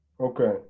okay